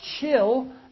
chill